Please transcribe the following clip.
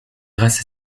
grâce